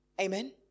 Amen